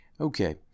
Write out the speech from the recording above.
Okay